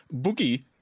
boogie